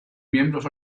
miembros